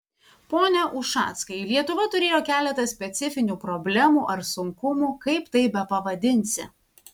pone ušackai lietuva turėjo keletą specifinių problemų ar sunkumų kaip tai bepavadinsi